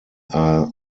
are